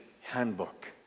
handbook